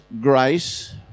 grace